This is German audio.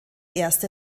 erste